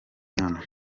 hano